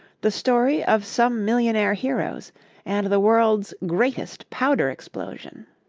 the story of some millionaire heroes and the world's greatest powder explosion